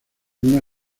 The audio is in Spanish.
una